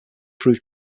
prove